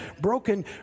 broken